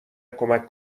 کمک